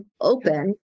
open